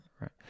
Right